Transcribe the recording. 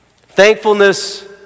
Thankfulness